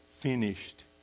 Finished